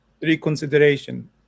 reconsideration